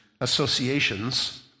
associations